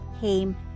came